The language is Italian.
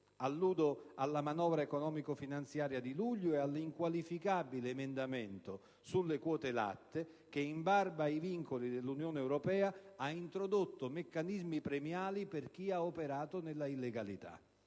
Alludo alla manovra economico-finanziaria di luglio e all'inqualificabile emendamento sulle quote latte che, in barba ai vincoli dell'Unione europea, ha introdotto meccanismi premiali per chi ha operato nell'illegalità.